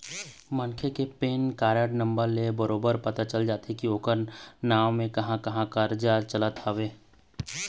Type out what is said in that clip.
मनखे के PAN card number ले बरोबर पता चल जाथे के ओखर नांव म कहाँ कहाँ करजा चलत हवय